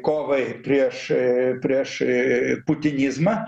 kovai prieš prieš putinizmą